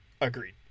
agreed